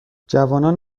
جوانان